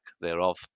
thereof